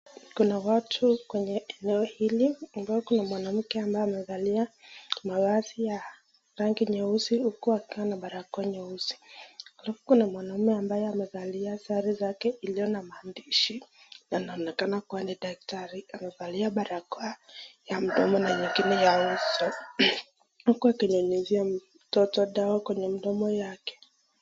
Kuna watu kwenye eneo hili ambapo ni mwanamke ambaye amevalia mavazi ya rangi nyeusi. Kuna mwanaume ambaye amevalia sare zake iliyo na maandishi na anaonekana kuwa ni daktari. Amevalia barakoa ya mdomo na nyingine ya uso huku akinyunyizia mtoto dawa kwenye mdomo yake.